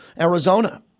Arizona